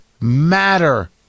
matter